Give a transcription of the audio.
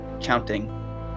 counting